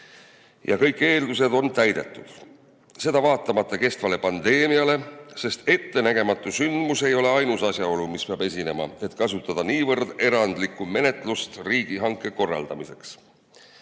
kõik eeldused on täidetud – seda vaatamata kestvale pandeemiale. Ettenägematu sündmus ei ole ainus asjaolu, mis peab esinema, et kasutada nii erandlikku menetlust riigihanke korraldamiseks.